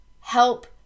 help